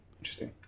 Interesting